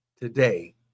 today